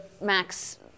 Max